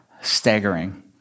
Staggering